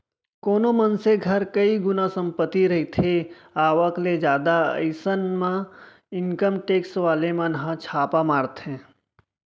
कोनो मनसे घर कई गुना संपत्ति रहिथे आवक ले जादा अइसन म इनकम टेक्स वाले मन ह छापा मारथे